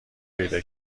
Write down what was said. پیدا